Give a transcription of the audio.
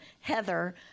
heather